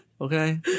Okay